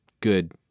good